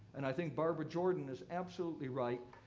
and i think barbara jordan is absolutely right,